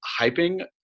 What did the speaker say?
hyping